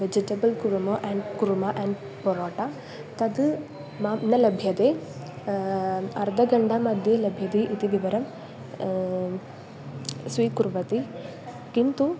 vegetable kuruma and kurma and parotta तद् मह्यं न लभ्यते अर्दगण्डा मध्ये लभ्यते इति विवरणं स्वीकुर्वन्ति किन्तु